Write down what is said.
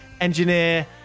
engineer